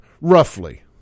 Roughly